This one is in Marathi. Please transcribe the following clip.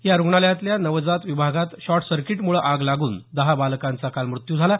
या रुग्णालयातल्या नवजात विभागात शॉर्टसर्किटमुळे आग लागून दहा बालकांचा मृत्यू झाला